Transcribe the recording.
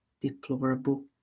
deplorable